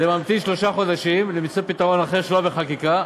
זה ממתין שלושה חודשים כדי למצוא פתרון אחר שלא בחקיקה.